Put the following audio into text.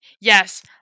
yes